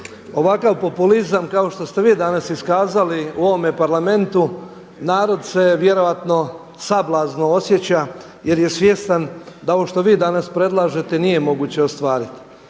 ovakav populizam kao što ste vi danas iskazali u ovome Parlamentu narod se vjerojatno sablazno osjeća jer je svjestan da ovo što vi danas predlažete nije moguće ostvariti.